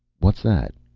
what's that?